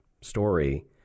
story